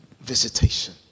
visitation